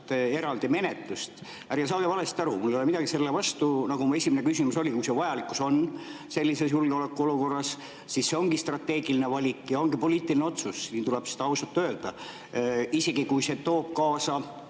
eraldi menetlust. Ärge saage valesti aru, mul ei ole midagi selle vastu, nagu mu esimene küsimus oli, kui see vajalikkus on sellises julgeolekuolukorras, siis see ongi strateegiline valik ja ongi poliitiline otsus. Tuleb seda ausalt öelda, isegi kui see toob kaasa